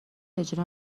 اجرا